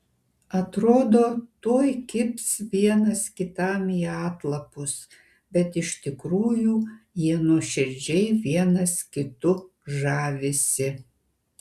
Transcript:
atrodo tuoj kibs vienas kitam į atlapus bet iš tikrųjų jie nuoširdžiai vienas kitu žavisi